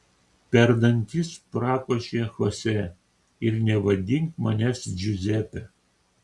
per dantis prakošė chose ir nevadink manęs džiuzepe